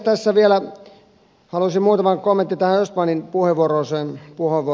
tässä vielä haluaisin muutaman kommentin östmanin puheenvuoroon sanoa